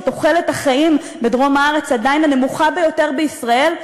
שתוחלת החיים בדרום הארץ היא עדיין הנמוכה ביותר בישראל,